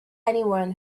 anyone